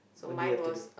when did you have to do